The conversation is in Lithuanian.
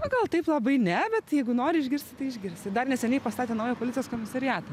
na gal taip labai ne bet jeigu nori išgirsti tai išgirsi dar neseniai pastatė naują policijos komisariatą